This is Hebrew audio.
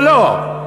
או לא?